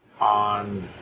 on